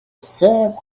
serve